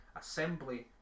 Assembly